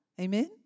Amen